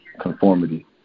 conformity